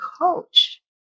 coach